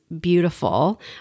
beautiful